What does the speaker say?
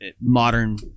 modern